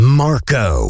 marco